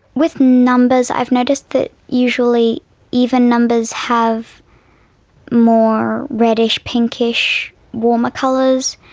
with numbers i've noticed that usually even numbers have more red-ish, pink-ish, warmer colours,